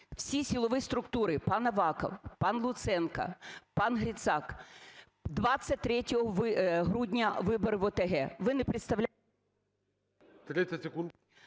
всі силові структури: пан Аваков, пан Луценко, пан Грицак… 23 грудня вибори в ОТГ, ви не представляєте…